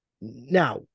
Now